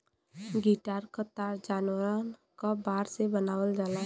guitar क तार जानवर क बार से बनावल जाला